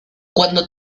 cuando